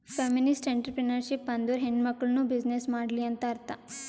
feminist entrepreneurship ಅಂದುರ್ ಹೆಣ್ಮಕುಳ್ನೂ business ಮಾಡ್ಲಿ ಅಂತ್ ಅರ್ಥಾ